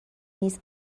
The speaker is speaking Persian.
نیست